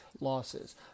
losses